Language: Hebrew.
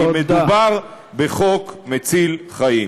כי מדובר בחוק מציל חיים.